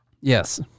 Yes